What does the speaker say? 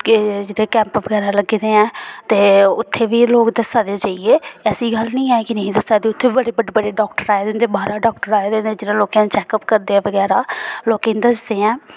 के जित्थे कैंप वगैरा लग्गे दे ऐं ते उत्थे बी लोग दस्सा दे जाइये ऐसी गल्ल नी ऐ की नेई दस्सा दे उत्थे बी बड़े बड्डे बड्डे डाक्टर आए दे हंुदे बाहरा डाक्टर आए दे हुंदे जेहडे़ लोकें दा चेकअप करदे ऐं वगैरा लोकें गी दस्सदे ऐं